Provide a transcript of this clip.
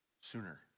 sooner